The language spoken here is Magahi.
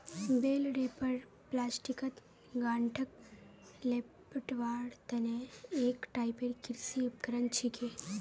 बेल रैपर प्लास्टिकत गांठक लेपटवार तने एक टाइपेर कृषि उपकरण छिके